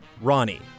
Ronnie